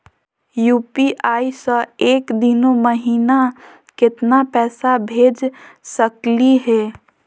UPI स एक दिनो महिना केतना पैसा भेज सकली हे?